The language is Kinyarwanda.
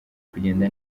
kugenda